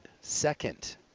Second